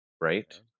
right